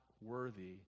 worthy